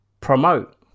promote